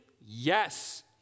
Yes